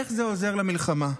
איך זה עוזר למלחמה?